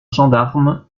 gendarme